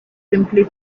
simply